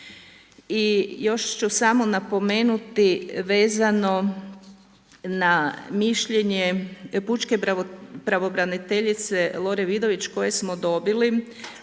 I još ću samo napomenuti vezano na mišljenje pučke pravobraniteljice Lore Vidović koje smo dobili